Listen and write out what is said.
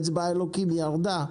אצבע אלוקים ירדה.